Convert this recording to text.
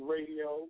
Radio